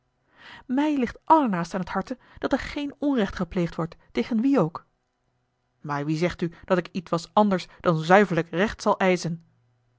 mij ligt allernaast aan t harte dat er geen onrecht gepleegd wordt tegen wie ook maar wie zegt u dat ik ietwes anders dan zuiverlijk recht zal eischen